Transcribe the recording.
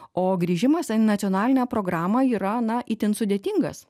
o grįžimas į nacionalinę programą yra na itin sudėtingas